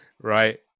Right